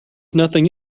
nothing